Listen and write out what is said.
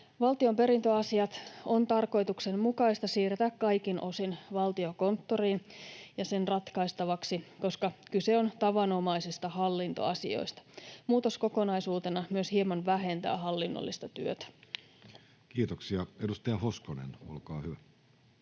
Valtion perintöasiat on tarkoituksenmukaista siirtää kaikin osin Valtiokonttoriin ja sen ratkaistavaksi, koska kyse on tavanomaisista hallintoasioista. Muutos kokonaisuutena myös hieman vähentää hallinnollista työtä. [Speech 47] Speaker: Jussi